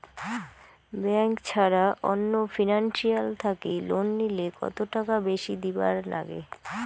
Bank ছাড়া অন্য financial থাকি লোন নিলে কতটাকা বেশি দিবার নাগে?